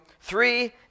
three